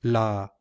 la